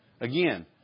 again